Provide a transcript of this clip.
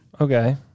Okay